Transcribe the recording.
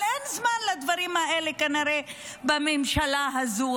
אבל כנראה אין זמן לדברים האלה בממשלה הזאת.